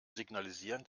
signalisieren